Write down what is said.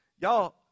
Y'all